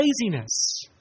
laziness